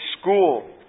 school